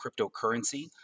cryptocurrency